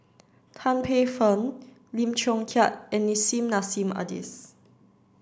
Tan Paey Fern Lim Chong Keat and Nissim Nassim Adis